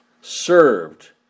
Served